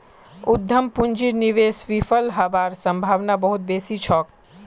उद्यम पूंजीर निवेश विफल हबार सम्भावना बहुत बेसी छोक